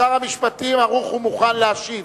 שר המשפטים ערוך ומוכן להשיב.